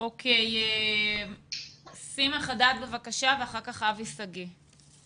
בבקשה, סימה חדד ואחר כך אבי שגיא.